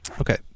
okay